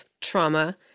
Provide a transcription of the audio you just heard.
trauma